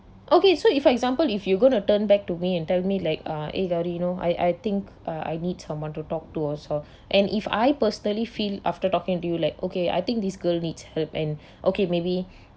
okay so if example if you going to turn back to me and tell me like ah eh lori you know I I think uh I need someone to talk to also and if I personally feel after talking to you like okay I think this girl needs help and okay maybe